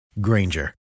Granger